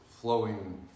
flowing